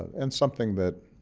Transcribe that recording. and something that,